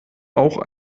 auch